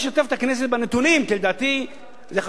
כי לדעתי זה חשוב לדעת את הנתונים.